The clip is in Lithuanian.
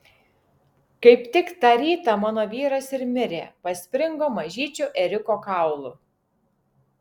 kaip tik tą rytą mano vyras ir mirė paspringo mažyčiu ėriuko kaulu